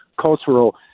cultural